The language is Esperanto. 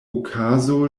okazo